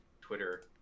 Twitter